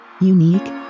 Unique